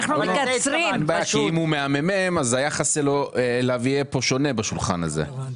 אם הוא מהמ"מ היחס אליו יהיה שונה, בשולחן הזה.